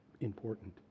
important